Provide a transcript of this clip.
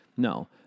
No